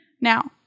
Now